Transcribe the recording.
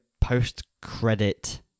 post-credit